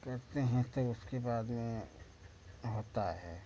कहते हैं उसके बाद में होता है